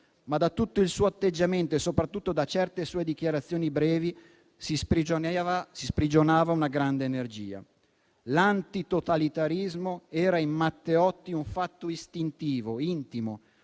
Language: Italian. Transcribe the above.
ma da tutto il suo atteggiamento e, soprattutto, da certe sue dichiarazioni brevi, si sprigionava una grande energia. L'antitotalitarismo era in Matteotti un fatto istintivo, intimo,